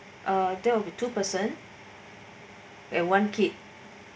uh there will be two person and one kid